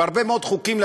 בהרבה מאוד חוקים,